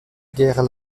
guerre